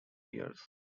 years